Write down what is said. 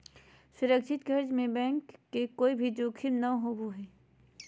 सुरक्षित कर्ज में बैंक के कोय भी जोखिम नय होबो हय